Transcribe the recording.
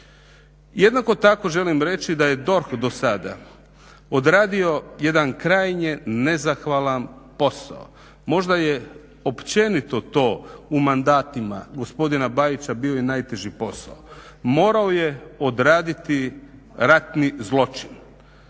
Jednako tako želim reći da je DORH do sada odradio jedan krajnje nezahvalan posao. Možda je općenito to u mandatima gospodina Bajića bio i najteži posao. Morao je odraditi ratni zločin.